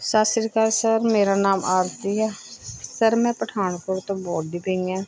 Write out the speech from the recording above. ਸਤਿ ਸ਼੍ਰੀ ਅਕਾਲ ਸਰ ਮੇਰਾ ਨਾਮ ਆਰਤੀ ਹੈ ਸਰ ਮੈਂ ਪਠਾਨਕੋਟ ਤੋਂ ਬੋਲਦੀ ਪਈ ਐਂ